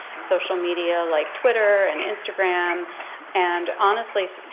social media like twitter and instagram and, honestly,